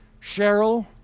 Cheryl